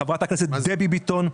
לחברת הכנסת דבי ביטון,